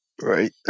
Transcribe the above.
Right